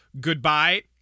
goodbye